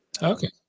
okay